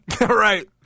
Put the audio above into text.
Right